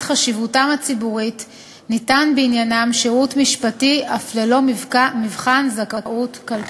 חשיבותם הציבורית ניתן בעניינם שירות משפטי אף ללא מבחן זכאות כלכלית.